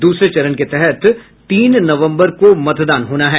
दूसरे चरण के तहत तीन नवम्बर को मतदान होना है